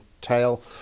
tail